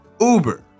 Uber